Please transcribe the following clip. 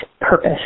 purpose